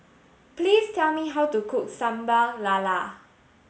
please tell me how to cook Sambal Lala